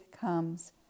comes